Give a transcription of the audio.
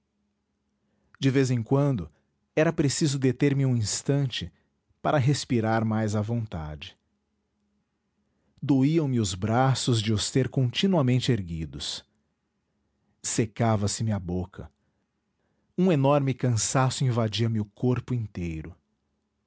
de vez em quando era preciso deter me um instante para respirar mais à vontade doíam me os braços de os ter continuamente erguidos secava se me a boca um enorme cansaço invadia me o corpo inteiro